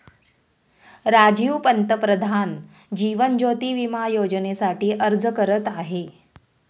राजीव पंतप्रधान जीवन ज्योती विमा योजनेसाठी अर्ज करत आहे